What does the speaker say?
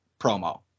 promo